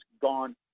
gone